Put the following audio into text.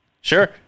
Sure